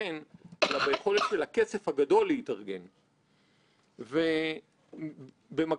ב-1914 יצא הספר שלו: Other people's money and how the bankers use it.